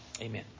Amen